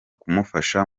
kumufasha